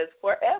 forever